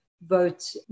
vote